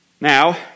Now